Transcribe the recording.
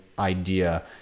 Idea